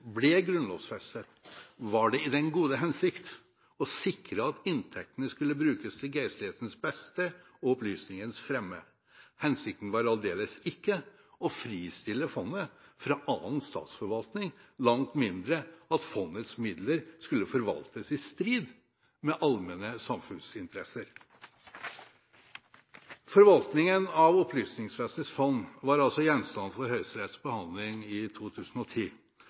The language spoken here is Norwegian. ble grunnlovsfestet, var det i den gode hensikt å sikre at inntektene skulle brukes til geistlighetens beste og opplysningens fremme. Hensikten var aldeles ikke å fristille fondet fra annen statsforvaltning, langt mindre at fondets midler skulle forvaltes i strid med allmenne samfunnsinteresser. Forvaltningen av Opplysningsvesenets fond var altså gjenstand for høyesterettsbehandling i 2010.